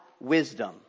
wisdom